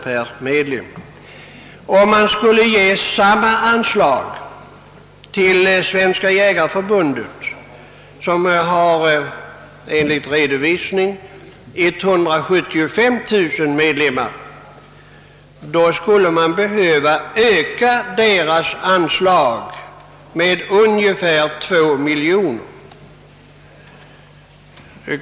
För att beloppet per medlem skulle bli lika stort för Svenska jägareförbundet, som enligt redovisning har 175000 medlemmar, skulle anslaget behöva ökas med ungefär 2 miljoner kronor.